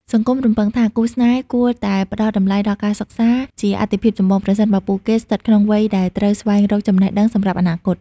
សង្គមរំពឹងថា គូស្នេហ៍គួរតែ "ផ្ដល់តម្លៃដល់ការសិក្សា" ជាអាទិភាពចម្បង ប្រសិនបើពួកគេស្ថិតក្នុងវ័យដែលត្រូវស្វែងរកចំណេះដឹងសម្រាប់អនាគត។